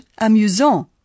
amusant